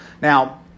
Now